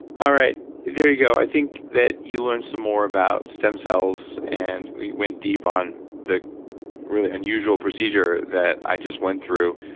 all right, there you go. i think that you learned some more about stem cells and we went deep on the really unusual procedure that i just went through.